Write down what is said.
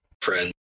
friend